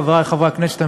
חברי חברי הכנסת,